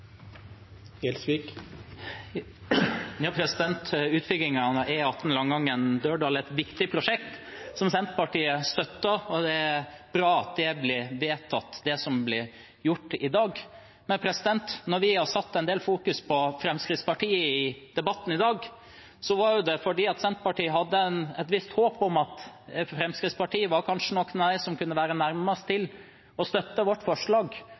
Gjelsvik har hatt ordet to ganger tidligere og får ordet til en kort merknad, begrenset til 1 minutt. Utbyggingen av E18 Langangen–Dørdal er et viktig prosjekt som Senterpartiet støtter. Det er bra at vi får de vedtakene som vi får i dag. Men når vi har fokusert en del på Fremskrittspartiet i debatten i dag, er det fordi Senterpartiet hadde et visst håp om at Fremskrittspartiet kanskje var noen av dem som ville være nærmest å støtte vårt forslag